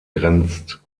grenzt